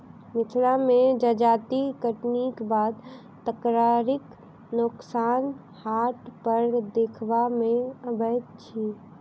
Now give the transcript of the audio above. मिथिला मे जजाति कटनीक बाद तरकारीक नोकसान हाट पर देखबा मे अबैत अछि